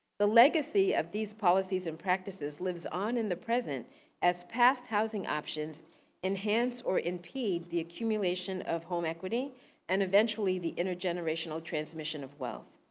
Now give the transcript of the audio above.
the legacy of these policies and practices lives on in the present as past housing options enhance or impede the accumulation of home equity and eventually the intergenerational transmission of wealth.